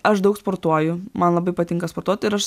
aš daug sportuoju man labai patinka sportuoti ir aš